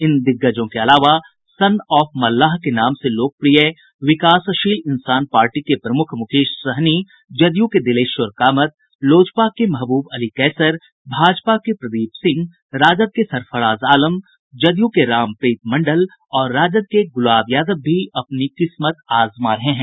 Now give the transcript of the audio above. इन दिग्गजों के अलावा सन ऑफ मल्लाह के नाम से लोकप्रिय विकासशील इंसान पार्टी के प्रमुख मुकेश सहनी जदयू के दिलेश्वर कामत लोजपा के महबूब अली कैसर भाजपा के प्रदीप सिंह राजद के सरफराज आलम जदयू के रामप्रीत मंडल और राजद के गुलाब यादव भी किस्मत आजमा रहे हैं